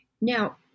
Now